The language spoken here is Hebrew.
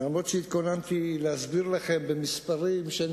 ואף-על-פי שהתכוננתי להסביר לכם במספרים שאין